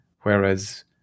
whereas